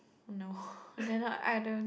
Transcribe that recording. no dare not I don't